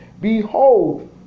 Behold